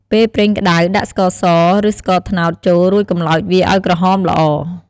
ពេលប្រេងក្ដៅ ដាក់ ស្ករស ឬស្ករត្នោត ចូល រួចកម្លោចវាឱ្យក្រហមល្អ។